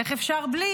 איך אפשר בלי,